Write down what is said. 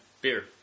Beer